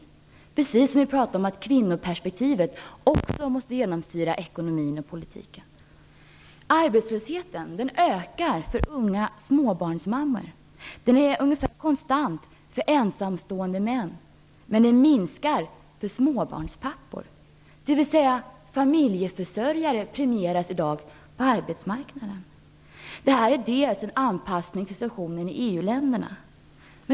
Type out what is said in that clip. Vi har nyss pratat om att också kvinnoperspektivet måste genomsyra ekonomin och politiken. Arbetslösheten för unga småbarnsmammor ökar. Den är ungefär konstant för ensamstående män, men den minskar för småbarnspappor, vilket betyder att familjeförsörjare i dag premieras på arbetsmarknaden. Detta är delvis en anpassning till situationen i EU länderna.